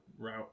route